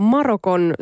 Marokon